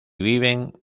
viven